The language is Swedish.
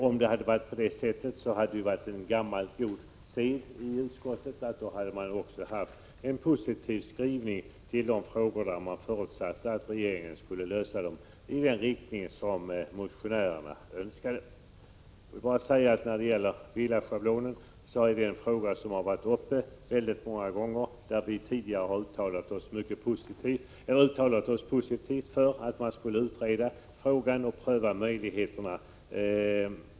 Om det hade varit på det sättet är det en gammal god sed i utskottet att formulera en positiv skrivning till de frågor som man förutsätter att regeringen skall lösa i linje med motionärernas önskemål. Villaschablonen är en fråga som varit uppe väldigt många gånger. Vi har tidigare uttalat oss positivt för att man skall utreda den frågan och pröva möjligheterna.